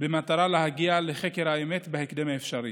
במטרה להגיע לחקר האמת בהקדם האפשרי.